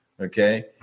okay